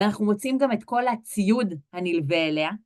ואנחנו מוצאים גם את כל הציוד הנלווה אליה.